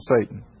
Satan